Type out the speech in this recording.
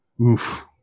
oof